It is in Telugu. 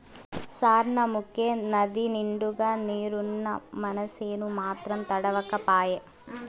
సార్నముకే నదినిండుగా నీరున్నా మనసేను మాత్రం తడవక పాయే